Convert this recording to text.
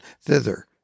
thither